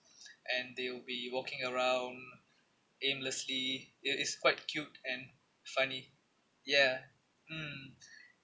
and they'll be walking around aimlessly it's it's quite cute and funny ya mm